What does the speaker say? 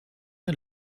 est